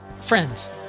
Friends